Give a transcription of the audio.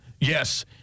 Yes